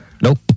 Nope